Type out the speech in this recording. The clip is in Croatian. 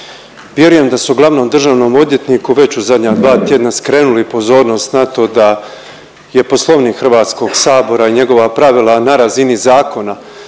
Vjerujem da su glavnom državnom odvjetniku već u zadnja dva tjedna skrenuli pozornost na to da je Poslovnik Hrvatskog sabora i njegova pravila na razini zakona